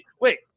Wait